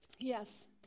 Yes